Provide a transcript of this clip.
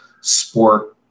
sport